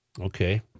okay